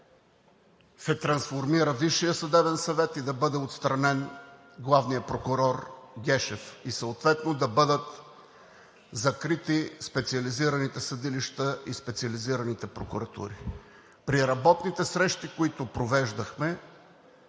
се трансформира Висшият съдебен съвет, да бъде отстранен главният прокурор Гешев и съответно да бъдат закрити специализираните съдилища и специализираните прокуратури? При работните срещи, които провеждахме,